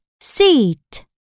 seat